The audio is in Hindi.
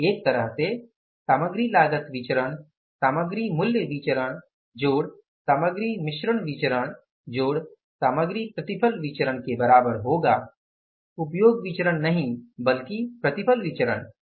तो एक तरह से सामग्री लागत विचरण सामग्री मूल्य विचरण सामग्री मिश्रण विचरण सामग्री प्रतिफल विचरण के बराबर होगा उपयोग विचरण नहीं बल्कि प्रतिफल विचरण